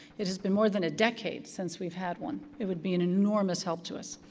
it has been more than a decade since we've had one. it would be an enormous help to us.